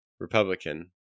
Republican